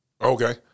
Okay